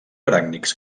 aràcnids